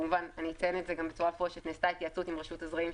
כמובן אני אציין בצורה מפורשת שנעשתה התייעצות עם רשות הזרעים,